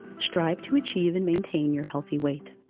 strive to achieve and maintain your healthy weight.